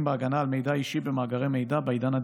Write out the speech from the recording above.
בהגנה על מידע אישי במאגרי מידע בעידן הדיגיטלי.